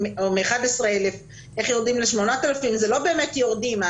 מ-11,000 ל-8,000, זה לא באמת יורדים.